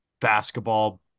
basketball